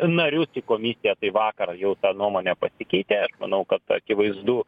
narius į komisiją tai vakar jau ta nuomonė pasikeitė aš manau kad akivaizdu